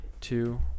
two